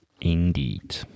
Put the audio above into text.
Indeed